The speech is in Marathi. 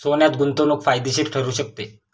सोन्यात गुंतवणूक फायदेशीर ठरू शकते